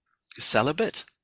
celibate